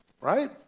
right